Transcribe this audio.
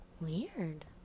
weird